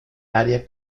área